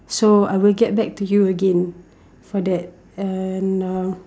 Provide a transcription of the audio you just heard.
so I will get back to you again for that and uh